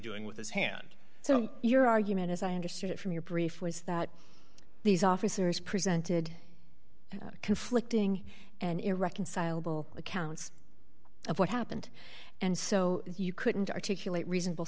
doing with his hand so your argument as i understood it from your brief was that these officers presented conflicting and irreconcilable accounts of what happened and so you couldn't articulate reasonable